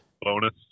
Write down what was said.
bonus